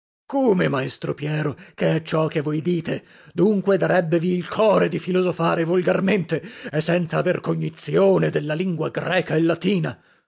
come maestro piero che è ciò che voi dite dunque darebbevi il core di filosofare volgarmente e senza aver cognizione della lingua greca e latina